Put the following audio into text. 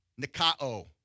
nika'o